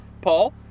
Paul